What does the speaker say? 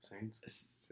Saints